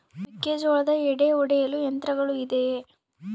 ಮೆಕ್ಕೆಜೋಳದ ಎಡೆ ಒಡೆಯಲು ಯಂತ್ರಗಳು ಇದೆಯೆ?